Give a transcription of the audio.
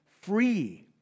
free